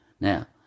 Now